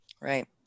Right